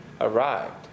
arrived